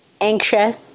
anxious